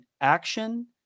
action